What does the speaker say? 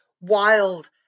wild